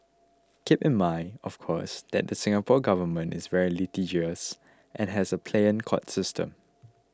keep in mind of course that the Singapore Government is very litigious and has a pliant court system